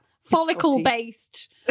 Follicle-based